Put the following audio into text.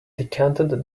decanted